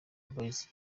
boys